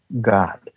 God